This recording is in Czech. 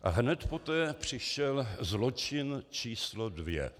A hned poté přišel zločin číslo dvě.